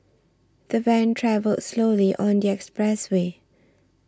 the van travelled slowly on the expressway